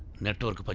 nativity but